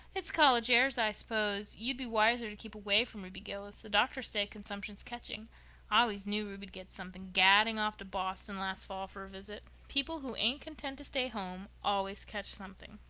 it's college airs, i s'pose. you'd be wiser to keep away from ruby gillis. the doctors say consumption's catching. i always knew ruby'd get something, gadding off to boston last fall for a visit. people who ain't content to stay home always catch something.